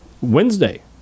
Wednesday